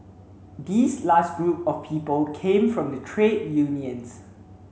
this last group of people came from the trade unions